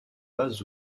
pas